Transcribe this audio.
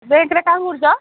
ବ୍ୟାଙ୍କରେ କାଁ କରୁଛ